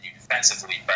defensively